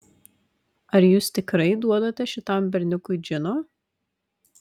ar jūs tikrai duodate šitam berniukui džino